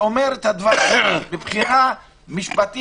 שאומר את הדברים מבחינה משפטית,